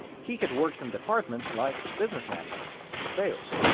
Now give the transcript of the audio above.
he had worked in departments like business management and sales.